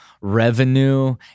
revenue